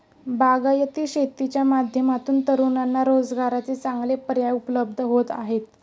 बागायती शेतीच्या माध्यमातून तरुणांना रोजगाराचे चांगले पर्याय उपलब्ध होत आहेत